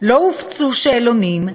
לא הופצו שאלונים,